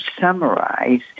summarize